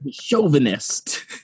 chauvinist